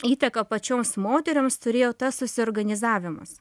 įtaką pačioms moterims turėjo tas susiorganizavimas